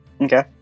Okay